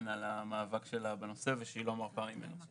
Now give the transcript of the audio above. על המאבק שלה בנושא ושהיא לא מרפה ממנו.